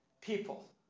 people